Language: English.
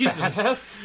Jesus